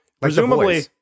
presumably